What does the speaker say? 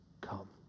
Come